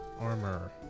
armor